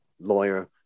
lawyer